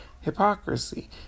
hypocrisy